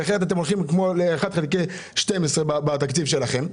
כי אחרת אתם הולכים ל-1 חלקי 12 בתקציב שלכם,